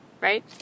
right